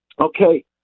Okay